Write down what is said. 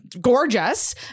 gorgeous